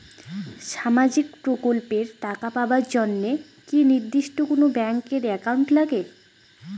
সামাজিক প্রকল্পের টাকা পাবার জন্যে কি নির্দিষ্ট কোনো ব্যাংক এর একাউন্ট লাগে?